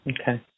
Okay